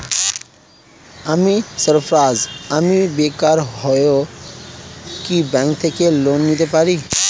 আমি সার্ফারাজ, আমি বেকার হয়েও কি ব্যঙ্ক থেকে লোন নিতে পারি?